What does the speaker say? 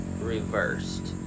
reversed